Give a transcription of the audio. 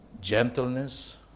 gentleness